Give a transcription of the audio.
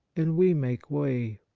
and we make way.